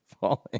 falling